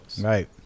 Right